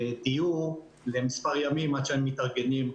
דיור למספר ימים עד שהם מתארגנים.